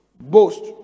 Boast